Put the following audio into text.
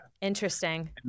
Interesting